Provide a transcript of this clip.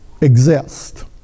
exist